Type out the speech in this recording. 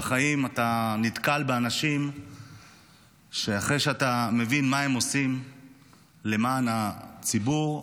בחיים אתה נתקל באנשים שאחרי שאתה מבין מה הם עושים למען הציבור,